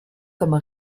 comme